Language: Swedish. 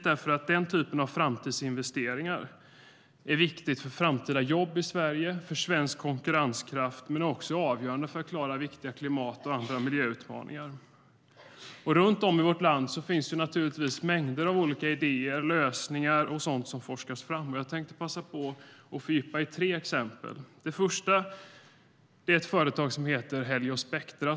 Denna typ av framtidsinvestering är viktig för framtida jobb i Sverige och för svensk konkurrenskraft och avgörande för att klara viktiga klimatutmaningar och andra miljöutmaningar. Runt om i vårt land finns mängder av idéer, lösningar med mera som forskats fram. Jag tänkte passa på att fördjupa mig i tre exempel. Det första är ett företag som heter Heliospectra.